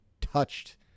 touched